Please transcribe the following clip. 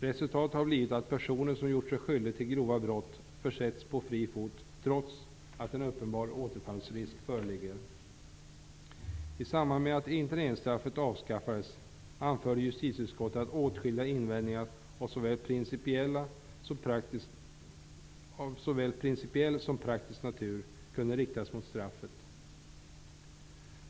Resultatet har blivit att personer som gjort sig skyldiga till grova brott försätts på fri fot, trots att en uppenbar återfallsrisk föreligger. I samband med att interneringsstraffet avskaffades anförde justitieutskottet att åtskilliga invändningar av såväl principiell som praktisk natur kunde riktas mot straffet.